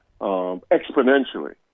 exponentially